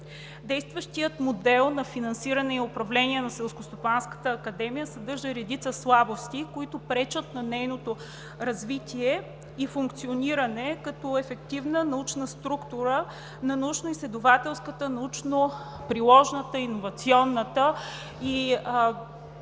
Действащият модел на финансиране и управление на Селскостопанската академия съдържа редица слабости, които пречат на нейното развитие и функциониране като ефективна научна структура на научноизследователската, научно-приложната, иновационната и